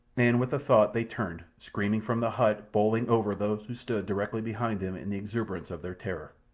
and with the thought they turned, screaming, from the hut, bowling over those who stood directly behind them in the exuberance of their terror.